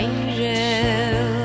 Angel